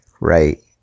right